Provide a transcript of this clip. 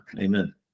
Amen